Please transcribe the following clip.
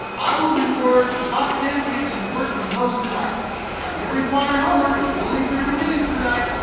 i will reward the top ten kids who work the most tonight. now your required homework is only thirty minutes tonight,